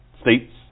States